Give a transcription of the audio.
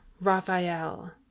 Raphael